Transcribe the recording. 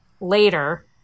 later